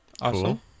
Awesome